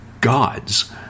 gods